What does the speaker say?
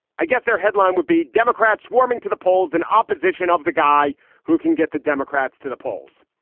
i guess their headline would be democrats swarming to the polls and opposition of the guy who can get the democrats to the polls.